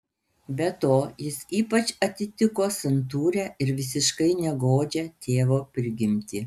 be to jis ypač atitiko santūrią ir visiškai negodžią tėvo prigimtį